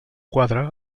quadre